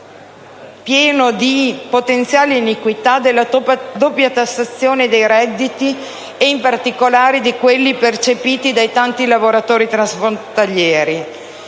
pieno di potenziale iniquità della doppia tassazione dei redditi e, in particolare, di quelli percepiti dai tanti lavoratori transfrontalieri.